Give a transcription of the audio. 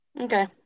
okay